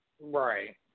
Right